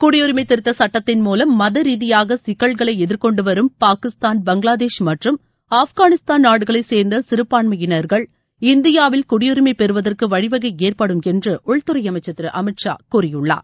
குடியரிமை திருத்த சுட்டத்தின் மூலம் மத ரீதியாக சிக்கல்களை எதிர்கொண்டுவரும் பாகிஸ்தான் பங்களாதேஷ் மற்றும் ஆப்காளிஸ்தான் நாடுகளை சேர்ந்த சிறுபான்மையினர்கள் இந்தியாவில் குடியுரிமை பெறுவதற்கு வழிவகை ஏற்படும் என்று உள்துறை அமைச்சர் திரு அமித்ஷா கூறியுள்ளார்